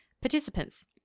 participants